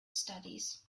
studies